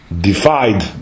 defied